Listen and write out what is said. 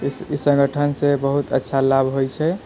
ई सङ्गठनसँ बहुत अच्छा लाभ होइ छै